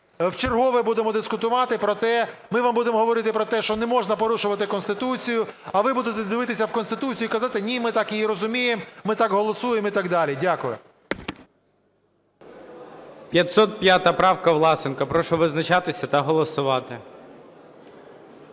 ми вам будемо говорити про те, що не можна порушувати Конституцію, а ви будете дивитися в Конституцію і казати: ні, ми так її розуміємо, ми так голосуємо і так далі. Дякую. ГОЛОВУЮЧИЙ. 505 правка, Власенко. Прошу визначатися та голосувати.